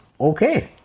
Okay